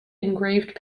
engraved